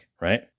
right